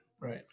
Right